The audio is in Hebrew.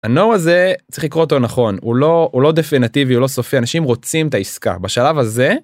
ה no הזה צריך לקרוא אותו נכון. הוא לא הוא לא דפינטיבי הוא לא סופי. אנשים רוצים את העסקה. בשלב הזה